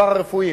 הפארה-רפואיים.